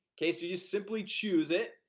okay, so you simply choose it?